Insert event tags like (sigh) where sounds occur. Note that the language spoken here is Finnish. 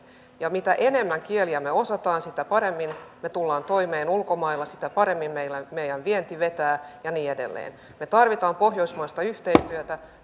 ja mitä enemmän kieliä me osaamme sitä paremmin me tulemme toimeen ulkomailla sitä paremmin meidän vienti vetää ja niin edelleen me tarvitsemme pohjoismaista yhteistyötä (unintelligible)